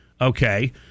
Okay